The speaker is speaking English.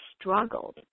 struggled